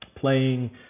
playing